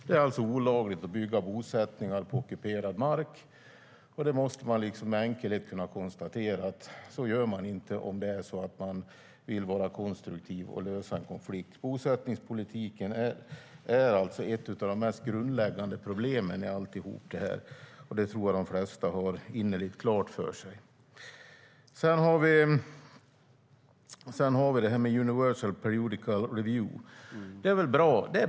Det är alltså olagligt att bygga bosättningar på ockuperad mark. Man måste med enkelhet kunna konstatera att man inte gör så om man vill vara konstruktiv och lösa en konflikt. Bosättningspolitiken är ett av de mest grundläggande problemen i allt detta; det tror jag att de flesta har innerligt klart för sig. Det är bra att Israel är med i Universal Periodic Review.